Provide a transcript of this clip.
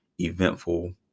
eventful